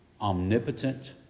omnipotent